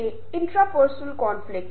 अब यह एक बहुत महत्वपूर्ण घटक बन जाता है